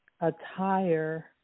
Attire